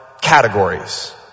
categories